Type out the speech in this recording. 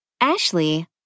Ashley